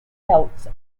else